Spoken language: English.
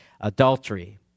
adultery